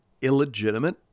illegitimate